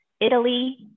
Italy